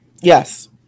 Yes